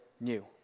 new